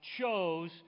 chose